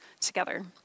together